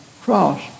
cross